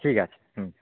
ঠিক আছে হুম